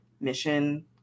mission